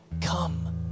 Come